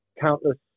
countless